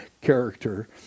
character